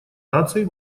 наций